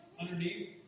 underneath